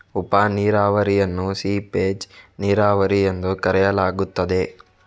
ಉಪ ನೀರಾವರಿಯನ್ನು ಸೀಪೇಜ್ ನೀರಾವರಿ ಎಂದೂ ಕರೆಯಲಾಗುತ್ತದೆ